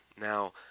Now